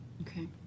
Okay